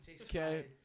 Okay